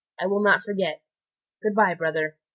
i will not forget good-by, brother.